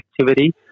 activity